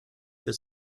für